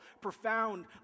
profound